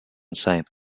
sight